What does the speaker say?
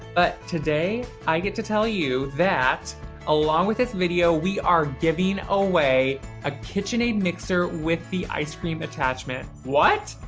but today, i get to tell you that along with this video, we are giving away a kitchenaid mixer with the ice cream attachment. what!